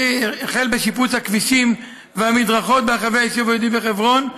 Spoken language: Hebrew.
המינהל האזרחי החל בשיפוץ הכבישים והמדרכות ברחבי היישוב היהודי בחברון,